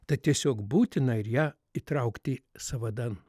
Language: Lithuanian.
tad tiesiog būtina ir ją įtraukti sąvadan